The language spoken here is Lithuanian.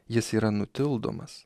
jis yra nutildomas